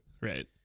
Right